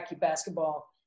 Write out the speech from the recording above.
basketball